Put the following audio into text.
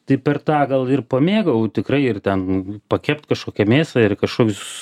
tai per tą gal ir pamėgau tikrai ir ten pakept kažkokią mėsą ir kažkokius